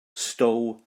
stow